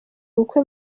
ubukwe